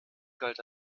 galt